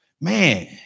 Man